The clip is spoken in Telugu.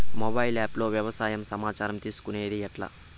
మొబైల్ ఆప్ లో వ్యవసాయ సమాచారం తీసుకొనేది ఎట్లా?